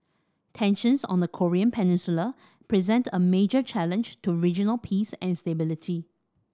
tensions on the Korean Peninsula present a major challenge to regional peace and stability